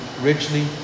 richly